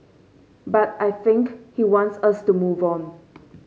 but I think he wants us to move on